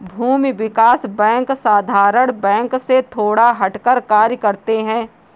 भूमि विकास बैंक साधारण बैंक से थोड़ा हटकर कार्य करते है